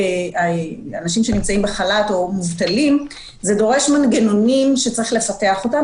תמרוץ אנשים שנמצאים בחל"ת או מובטלים דורש מנגנונים שצריך לפתח אותם,